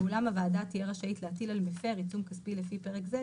ואולם הוועדה תהיה רשאית להטיל על מפר עיצום כספי לפי פרק זה,